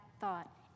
thought